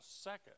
second